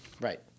Right